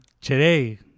Today